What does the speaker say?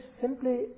simply